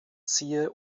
siehe